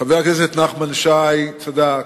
חבר הכנסת נחמן שי צדק,